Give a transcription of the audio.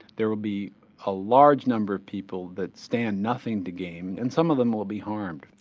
there will be a large number of people that stand nothing to gain. and some of them will be harmed.